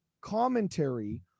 commentary